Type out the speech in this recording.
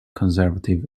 conservative